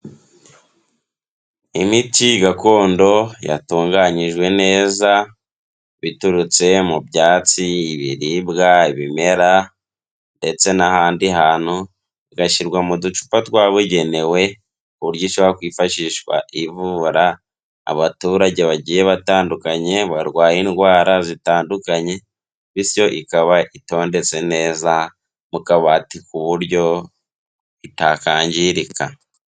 Imiti gakondo yatunganyijwe neza biturutse mu byatsi, ibiribwa, ibimera ndetse n'ahandi hantu, igashyirwa mu ducupa twabugenewe ku buryo ishobora kwifashishwa ivura abaturage bagiye batandukanye, barwaye indwara zitandukanye, bityo ikaba itondetse neza mu kabati ku buryo itakwangirika.